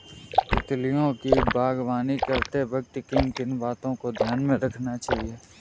तितलियों की बागवानी करते वक्त किन किन बातों को ध्यान में रखना चाहिए?